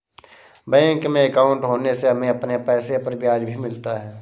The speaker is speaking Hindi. बैंक में अंकाउट होने से हमें अपने पैसे पर ब्याज भी मिलता है